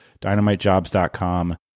dynamitejobs.com